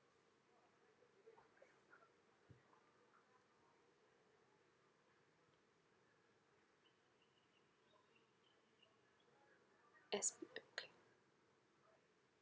yes